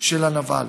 של הנבל.